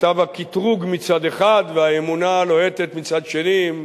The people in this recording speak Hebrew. כתב הקטרוג מצד אחד והאמונה הלוהטת מצד שני,